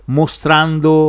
mostrando